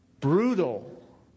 brutal